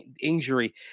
injury